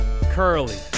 Curly